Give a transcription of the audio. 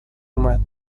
اومد